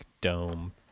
dome